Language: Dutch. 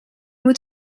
moet